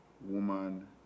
woman